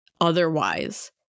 otherwise